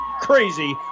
crazy